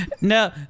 No